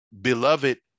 beloved